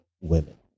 women